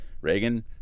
Reagan